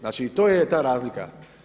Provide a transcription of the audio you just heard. Znači i to je ta razlika.